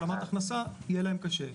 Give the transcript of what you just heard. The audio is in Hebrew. --- להשלמת הכנסה יהיה להם קשה.